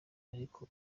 ariko